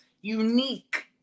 unique